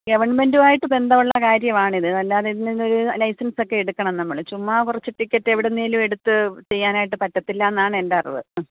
ഗവൺമെൻറ്റുവായിട്ട് ബന്ധമുള്ള കാര്യമാണിത് അല്ലാതെ ഇതിന് ലൈസൻസൊക്കെ എടുക്കണം നമ്മള് ചുമ്മാ കുറച്ച് ടിക്കറ്റ് എവിടുന്നേലും എടുത്ത് ചെയ്യാനായിട്ട് പറ്റത്തില്ല എന്നാണ് എൻ്റെ അറിവ് ആ